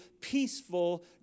peaceful